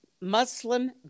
Muslim